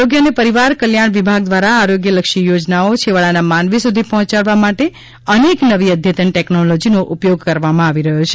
આરોગ્ય અને પરિવાર કલ્યાણ વિભાગ દ્વારા આરોગ્ય લક્ષી યોજનાઓ છેવાડાના માનવી સુધી પહોંચાડવા માટે અનેક નવી અધ્યતન ટેકનોલોજીનો ઉપયોગ કરવામાં આવી રહયો છે